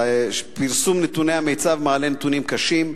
פרסום נתוני המיצ"ב מעלה נתונים קשים.